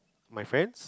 my friends